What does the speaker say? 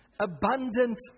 Abundant